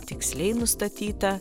tiksliai nustatyta